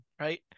right